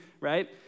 right